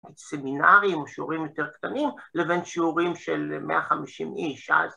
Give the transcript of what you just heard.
סמינרים, שיעורים יותר קטנים, לבין שיעורים של 150 איש אז.